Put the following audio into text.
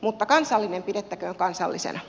mutta kansallinen pidettäköön kansallisena